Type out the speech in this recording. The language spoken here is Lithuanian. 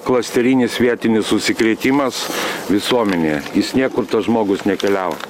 klasterinis vietinis užsikrėtimas visuomenėje jis niekur tas žmogus nekeliavo